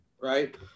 right